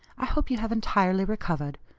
i hope you have entirely recovered.